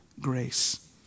grace